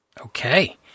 Okay